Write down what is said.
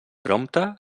prompte